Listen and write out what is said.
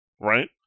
right